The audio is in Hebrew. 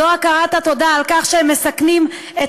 זאת הכרת התודה על כך שהם מסכנים את